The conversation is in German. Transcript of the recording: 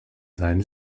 sein